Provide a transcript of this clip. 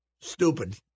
stupid